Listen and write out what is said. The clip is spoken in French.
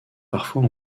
parfois